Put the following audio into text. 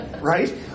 Right